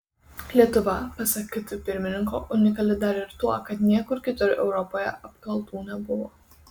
lietuva pasak kt pirmininko unikali dar ir tuo kad niekur kitur europoje apkaltų nebuvo